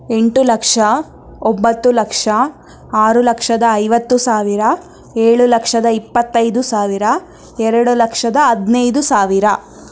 ಎಂಟು ಲಕ್ಷ ಒಂಬತ್ತು ಲಕ್ಷ ಆರು ಲಕ್ಷದ ಐವತ್ತು ಸಾವಿರ ಏಳು ಲಕ್ಷದ ಇಪ್ಪತ್ತೈದು ಸಾವಿರ ಎರಡು ಲಕ್ಷದ ಹದಿನೈದು ಸಾವಿರ